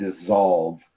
dissolve